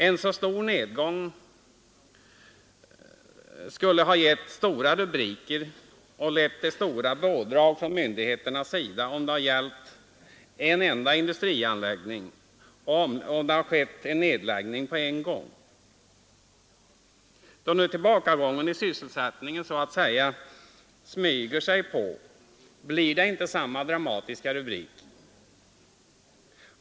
En så kraftig nedgång skulle ha gett stora rubriker och lett till stort pådrag hos myndigheterna, om det hade gällt en industrinedläggning som skett på en gång. Då nu tillbakagången i sysselsättningen så att säga smyger sig på blir det inte samma dramatiska rubriker.